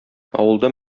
авылда